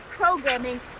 programming